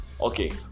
Okay